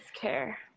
care